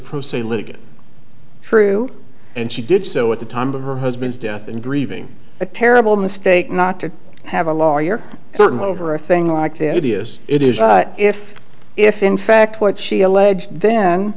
litigant true and she did so at the time of her husband's death and grieving a terrible mistake not to have a lawyer certainly over a thing like that is it is but if if in fact what she alleged then